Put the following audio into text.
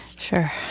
Sure